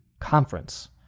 conference